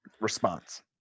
Response